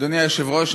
אדוני היושב-ראש,